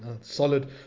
solid